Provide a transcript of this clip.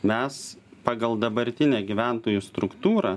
mes pagal dabartinę gyventojų struktūrą